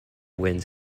winds